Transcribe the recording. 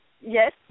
Yes